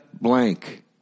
blank